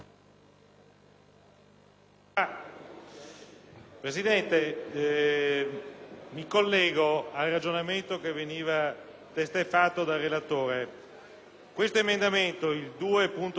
mi collego al ragionamento che veniva testé fatto dal relatore. L'emendamento 2.100 verrà ritirato nel momento in cui il relatore